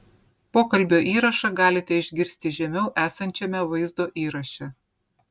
pokalbio įrašą galite išgirsti žemiau esančiame vaizdo įraše